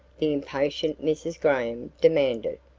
the impatient mrs. graham demanded.